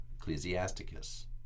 Ecclesiasticus